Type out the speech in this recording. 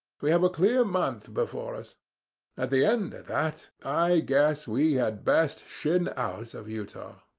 we have a clear month before us at the end of that, i guess we had best shin out of utah.